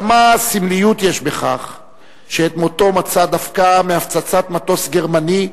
כמה סמליות יש בכך שאת מותו מצא דווקא מהפצצת מטוס גרמני,